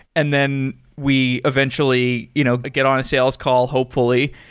and then we eventually you know get on a sales call, hopefully,